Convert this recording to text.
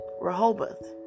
Rehoboth